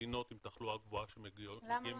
מדינות עם תחלואה גבוהה שמגיעות לישראל -- למה?